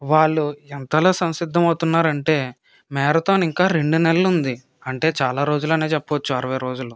వాళ్ళు ఎంతలా సంసిద్ధమవుతున్నారంటే మ్యారథాన్ ఇంకా రెండు నెలలు ఉంది అంటే చాలా రోజులనే చెప్పచ్చు అరవై రోజులు